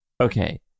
okay